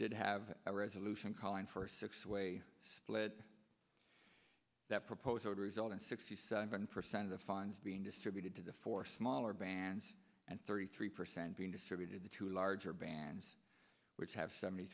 did have a resolution calling for a six way split that proposal would result in sixty seven percent of the funds being distributed to the four smaller bands and thirty three percent being distributed to larger bands which have seventy